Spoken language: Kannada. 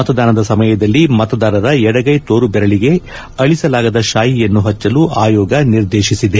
ಮತದಾನದ ಸಮಯದಲ್ಲಿ ಮತದಾರರ ಎಡಗೈ ತೋರು ಬೆರಳಿಗೆ ಅಳಿಸಲಾಗದ ಶಾಯಿಯನ್ನು ಹಚ್ಚಲು ಅಯೋಗ ನಿರ್ದೇಶಿಸಿದೆ